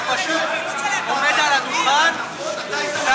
אתה פשוט עומד על הדוכן ומשקר.